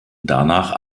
danach